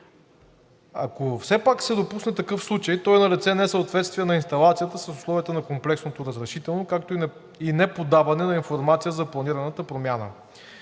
Ако все пак се допусне такъв случай, то е налице несъответствие на инсталацията с условията на комплексното разрешително, както и неподаване на информация за планираната промяна.